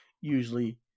usually